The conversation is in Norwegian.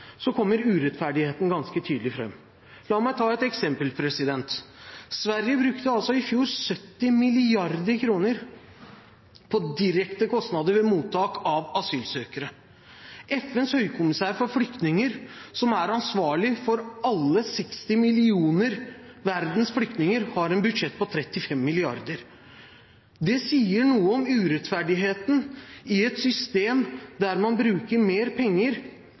kommer urettferdigheten ganske tydelig fram. La meg ta et eksempel: Sverige brukte i fjor 70 mrd. kr på direkte kostnader ved mottak av asylsøkere. FNs høykommissær for flyktninger, som er ansvarlig for alle de 60 millionene flyktninger i verden, har et budsjett på 35 mrd. kr. Det sier noe som urettferdigheten i et system der man bruker mer penger